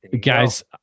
Guys